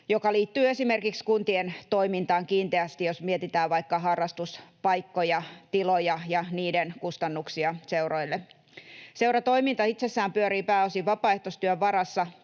jotka liittyvät esimerkiksi kuntien toimintaan kiinteästi, jos mietitään vaikka harrastuspaikkoja ja -tiloja ja niiden kustannuksia seuroille. Seuratoiminta itsessään pyörii pääosin vapaaehtoistyön varassa.